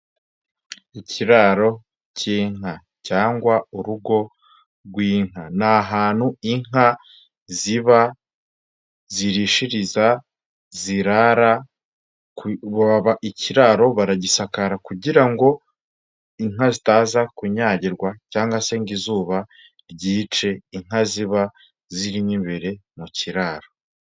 Ikiraro cy'inka cyangwa urugo rw'inka ni ahantu inka ziba, zirishiriza, zirara. Ikiraro baragisakara kugira ngo inka zitaza kunyagirwa, cyangwa se ngo izuba ryice inka ziba zirimo imbere mu kiraro.